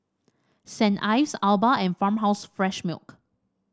Saint Ives Alba and Farmhouse Fresh Milk